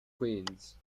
queens